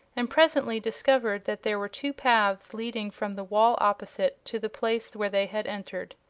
and presently discovered that there were two paths leading from the wall opposite to the place where they had entered.